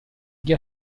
gli